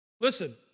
Listen